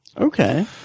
Okay